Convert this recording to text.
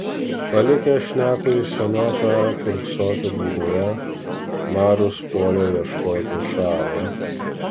palikęs šnekųjį senioką kiurksoti būdoje marius puolė ieškoti šaro